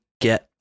get